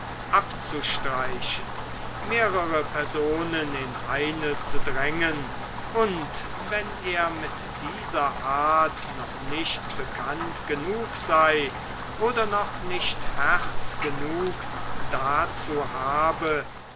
abzustreichen mehrere personen in eine zu drängen und wenn er mit dieser art noch nicht bekannt genug sei oder noch nicht herz genug dazu habe